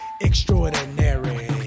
extraordinary